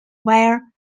where